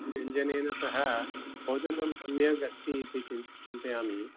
व्यञ्जनेन सह ओदनं सम्यगस्ति इति चिन्त् चिन्तयामि